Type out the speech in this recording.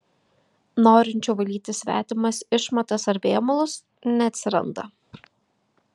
norinčių valyti svetimas išmatas ar vėmalus neatsiranda